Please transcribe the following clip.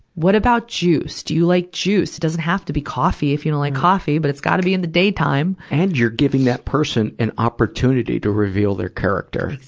what about juice? do you like juice? doesn't have to be coffee if you don't know like coffee. but it's gotta be in the daytime. and you're giving that person an opportunity to reveal their character